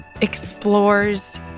explores